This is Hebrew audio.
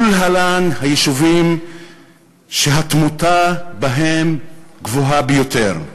ולהלן היישובים שהתמותה בהם גבוהה ביותר: